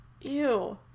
ew